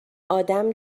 آدم